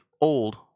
old